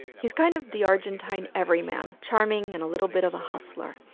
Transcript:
he's kind of the argentine everyman charming and a little bit of a hustler.